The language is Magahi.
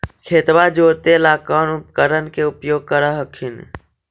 खेतबा जोते ला कौन उपकरण के उपयोग कर हखिन?